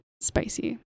Spicy